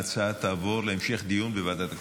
ההצעה תעבור להמשך דיון בוועדת הכספים.